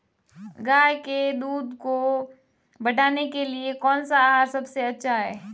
गाय के दूध को बढ़ाने के लिए कौनसा आहार सबसे अच्छा है?